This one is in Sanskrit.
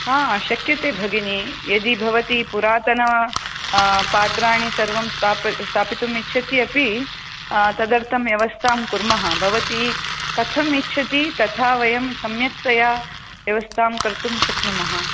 हा शक्यते भगिनी यदि भवती पुरातन पात्राणि सर्वं स्था स्थापितुम् इच्छति अपि तदर्थं व्यवस्थां कुर्मः भवती कथम् इच्छति तथा वयं सम्यक्तया व्यवस्थां कर्तुं शक्नुमः